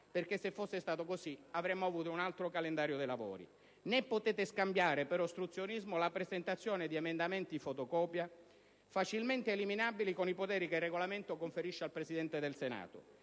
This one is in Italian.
perché, se fosse stato così, avremmo avuto un altro calendario dei lavori. Né potete scambiare per ostruzionismo la presentazione di emendamenti fotocopia, facilmente eliminabili con i poteri che il Regolamento conferisce al Presidente del Senato.